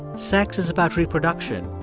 sex is about reproduction,